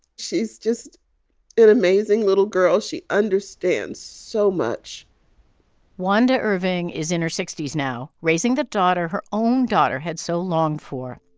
she's just an amazing little girl. she understands so much wanda irving is in her sixty s now, raising the daughter her own daughter had so longed for.